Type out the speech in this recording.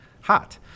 hot